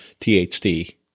THD